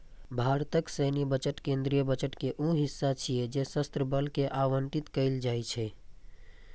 भारतक सैन्य बजट केंद्रीय बजट के ऊ हिस्सा छियै जे सशस्त्र बल कें आवंटित कैल जाइ छै